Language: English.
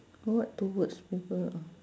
what two words people